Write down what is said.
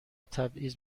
تبعیض